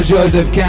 Joseph